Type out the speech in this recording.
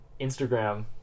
Instagram